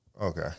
Okay